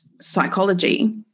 psychology